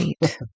Right